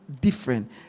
different